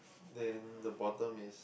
then the bottom is